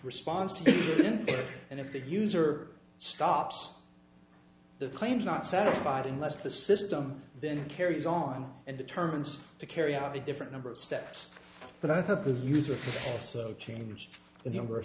response to and if the user stops the claims not satisfied unless the system then carries on and determines to carry out a different number of steps but i thought the user changed the number of